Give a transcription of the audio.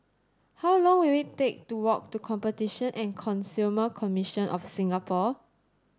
how long will it take to walk to Competition and Consumer Commission of Singapore